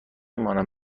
مانم